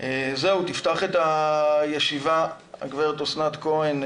תפתח את הישיבה הגב' אסנת כהן,